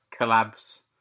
collabs